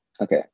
Okay